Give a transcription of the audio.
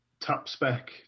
top-spec